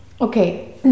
okay